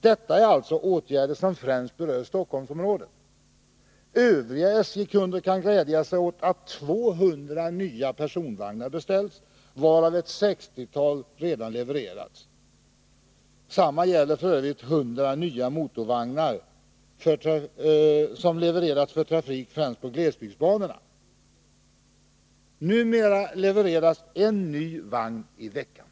Detta är alltså åtgärder som främst berör Stockholmsområdet. Övriga SJ-kunder kan glädja sig åt att 200 nya personvagnar beställts, varav ett 60-tal redan levererats. Detsamma gäller för övrigt 100 nya motorvagnar, som är avsedda för trafik främst på glesbygdsbanorna. Numera levereras en ny vagn i veckan.